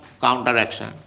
counteraction